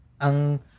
Ang